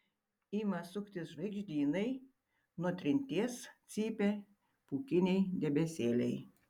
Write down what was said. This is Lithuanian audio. ima suktis žvaigždynai nuo trinties cypia pūkiniai debesėliai